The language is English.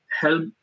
help